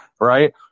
right